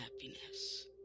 happiness